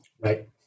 Right